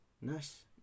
Nice